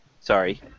Sorry